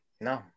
no